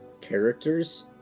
characters